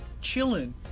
chilling